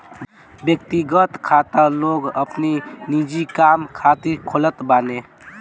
व्यक्तिगत खाता लोग अपनी निजी काम खातिर खोलत बाने